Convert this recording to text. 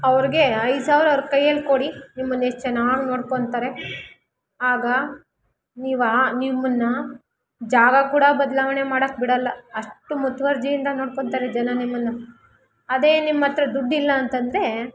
ಅವ್ರಿಗೆ ಐದು ಸಾವಿರ ಅವ್ರ ಕೈಯ್ಯಲ್ಲಿ ಕೊಡಿ ನಿಮ್ಮನ್ನ ಎಷ್ಟು ಚೆನ್ನಾಗಿ ನೋಡ್ಕೊಳ್ತಾರೆ ಆಗ ನೀವು ಆ ನಿಮ್ಮನ್ನು ಜಾಗ ಕೂಡ ಬದಲಾವಣೆ ಮಾಡೋಕೆ ಬಿಡಲ್ಲಅಷ್ಟು ಮುತುವರ್ಜಿಯಿಂದ ನೋಡ್ಕೊಳ್ತಾರೆ ಜನ ನಿಮ್ಮನ್ನು ಅದೇ ನಿಮ್ಮ ಹತ್ರ ದುಡ್ಡಿಲ್ಲ ಅಂತಂದರೆ